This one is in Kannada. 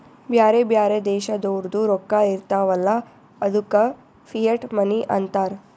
ಬ್ಯಾರೆ ಬ್ಯಾರೆ ದೇಶದೋರ್ದು ರೊಕ್ಕಾ ಇರ್ತಾವ್ ಅಲ್ಲ ಅದ್ದುಕ ಫಿಯಟ್ ಮನಿ ಅಂತಾರ್